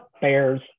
Bears